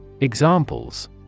Examples